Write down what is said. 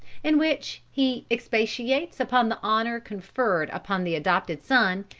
in which he expatiates upon the honor conferred upon the adopted son,